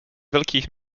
velkých